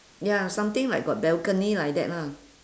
ya something like got balcony like that lah